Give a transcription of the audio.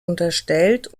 unterstellt